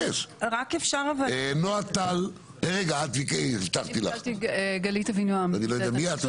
רק אפשר --- הבטחתי לך ואני לא יודע מי את.